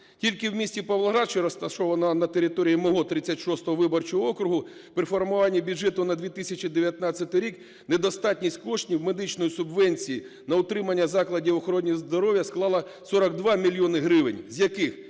Тільки в місті Павлоград, що розташовано на території мого 36 виборчого округу при формуванні бюджету на 2019 рік недостатність коштів медичної субвенції на утримання закладів охорони здоров'я склала 42 мільйони гривень, з яких